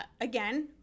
again